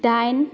दाइन